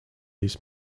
this